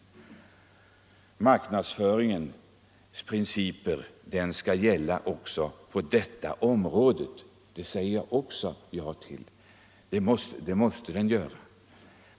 Marknadsföringens principer skall gälla även på detta område — det säger jag också ja till.